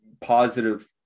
positive